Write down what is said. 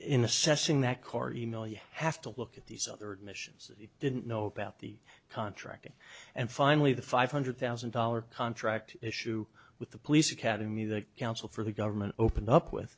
in assessing that court email you have to look at these other admissions he didn't know about the contracting and finally the five hundred thousand dollars contract issue with the police academy the counsel for the government open up with